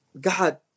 God